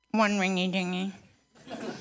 One-ringy-dingy